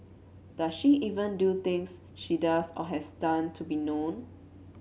does she even do things she does or has done to be known